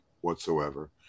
whatsoever